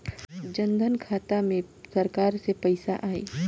जनधन खाता मे सरकार से पैसा आई?